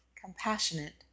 compassionate